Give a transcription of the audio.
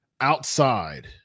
outside